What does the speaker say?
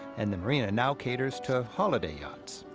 and the marina now caters to holiday yachts.